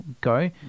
go